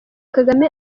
kagame